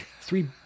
three